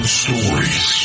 stories